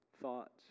thoughts